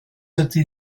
ydy